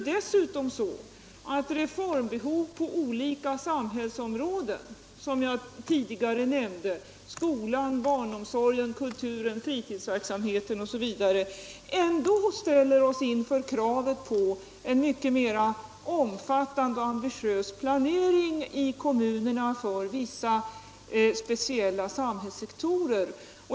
Dessutom ställer oss reformbehov på olika samhällsområden, som jag tidigare nämnde — skolan, barnomsorgen, kulturen, fritidsverksamheten osv. - inför kravet på en mycket mera omfattande och ambitiös planering i kommunerna för vissa speciella samhällssektorer.